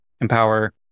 empower